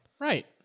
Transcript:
Right